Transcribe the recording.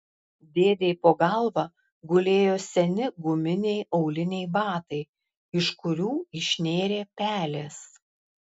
dėdei po galva gulėjo seni guminiai auliniai batai iš kurių išnėrė pelės